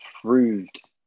proved